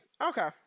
Okay